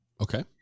Okay